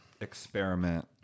experiment